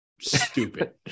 Stupid